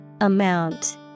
Amount